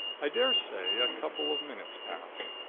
i daresay a couple of minutes passed,